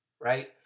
right